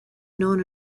known